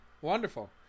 Wonderful